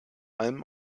allem